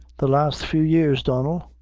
the last few years, donnel,